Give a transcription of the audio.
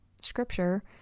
scripture